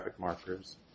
markers